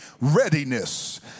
readiness